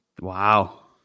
Wow